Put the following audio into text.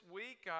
week